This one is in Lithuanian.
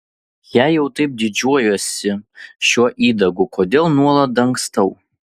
jei jau taip didžiuojuosi šiuo įdagu kodėl nuolat dangstau